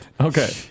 okay